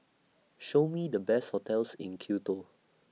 Show Me The Best hotels in Quito